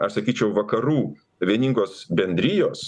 aš sakyčiau vakarų vieningos bendrijos